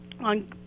on